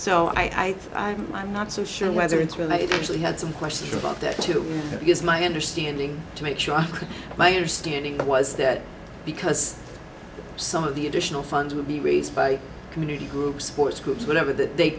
i i'm not so sure whether it's related to actually had some questions about that too because my understanding to make sure my understanding was that because some of the additional funds would be raised by community groups sports groups whatever that they